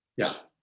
yeah,